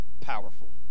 Powerful